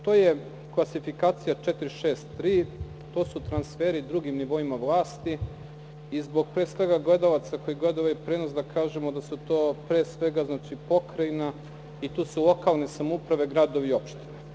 To je klasifikacija 463, to su transferi drugim nivoima vlasti i zbog pre svega gledalaca koji gledaju ovaj prenos, da kažemo da su to pre svega pokrajina i tu su lokalne samouprave, gradovi i opštine.